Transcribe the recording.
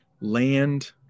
land